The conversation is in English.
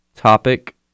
topic